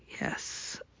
Yes